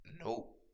Nope